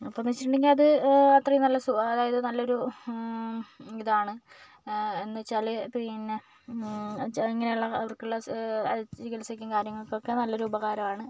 അപ്പം എന്ന് വെച്ചിട്ടുണ്ടെങ്കില് അത് അത്രയും നല്ല സുഖമാണ് അതായത് നല്ലൊരു ഇതാണ് എന്ന് വെച്ചാൽ പിന്നെ ഇങ്ങനെയുള്ള അവര്ക്കുള്ള ചികിത്സയ്ക്കും കാര്യങ്ങള്ക്കും ഒക്കെ നല്ലൊരു ഉപകാരമാണ്